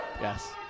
Yes